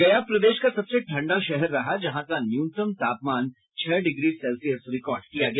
गया प्रदेश का सबसे ठंडा शहर रहा जहां का न्यूनतम तापमान छह डिग्री सेल्सियस रिकार्ड किया गया